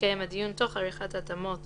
יתקיים הדיון, תוך עריכת התאמות